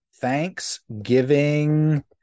Thanksgiving